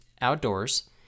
Outdoors